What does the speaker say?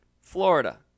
Florida